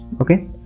Okay